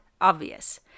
obvious